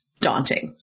daunting